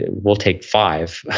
we'll take five,